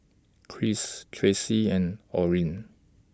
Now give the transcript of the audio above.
Kris Tracee and Orin